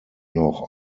noch